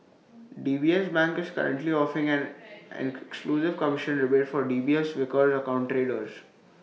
D B S bank is currently offering an an exclusive commission rebate for D B S Vickers account traders